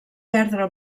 perdre